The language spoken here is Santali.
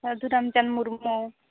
ᱥᱟ ᱫᱷᱩ ᱨᱟᱢᱪᱟᱸᱫ ᱢᱩᱨᱢᱩ